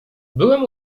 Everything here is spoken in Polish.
byłem